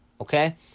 okay